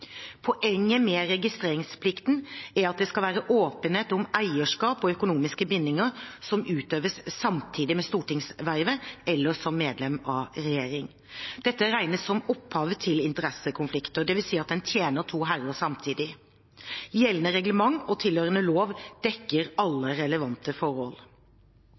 Poenget med registreringsplikten er at det skal være åpenhet om eierskap og økonomiske bindinger som utøves samtidig med stortingsvervet eller som medlem av regjeringen. Dette regnes som opphavet til interessekonflikter, dvs. at en «tjener to herrer» samtidig. Gjeldende reglement og tilhørende lov dekker alle relevante forhold.